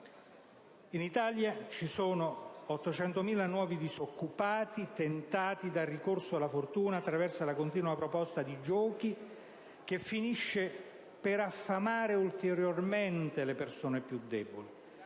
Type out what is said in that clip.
In Italia ci sono 800.000 nuovi disoccupati tentati dal ricorso alla fortuna attraverso la continua proposta di giochi, che finisce per affamare ulteriormente le persone più deboli.